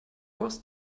was